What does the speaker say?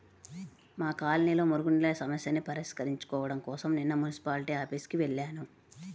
మా కాలనీలో మురుగునీళ్ళ సమస్యని పరిష్కరించుకోడం కోసరం నిన్న మున్సిపాల్టీ ఆఫీసుకి వెళ్లాను